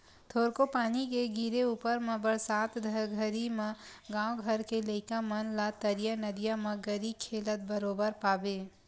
थोरको पानी के गिरे ऊपर म बरसात घरी म गाँव घर के लइका मन ला तरिया नदिया म गरी खेलत बरोबर पाबे